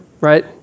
right